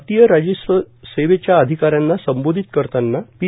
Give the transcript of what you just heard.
भारतीय राजस्व सेवेच्या अधिकाऱ्यांना संबोधित करताना पी